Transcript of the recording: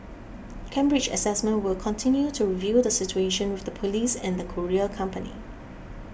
Cambridge Assessment will continue to review the situation with the police and the courier company